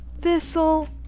thistle